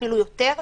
אפילו יותר,